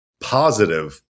positive